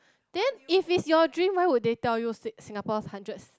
then if it's your dream why would they tell you sing~ Singapore's hundredth